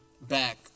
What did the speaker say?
back